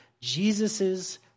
Jesus's